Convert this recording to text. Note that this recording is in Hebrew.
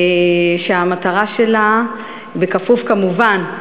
שהמטרה שלה, בכפוף, כמובן,